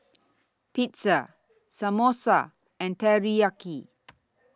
Pizza Samosa and Teriyaki